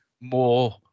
more